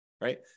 Right